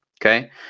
okay